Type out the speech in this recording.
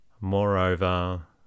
Moreover